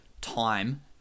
time